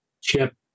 Chip